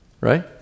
Right